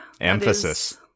Emphasis